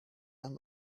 end